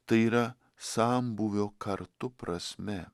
tai yra sambūvio kartu prasme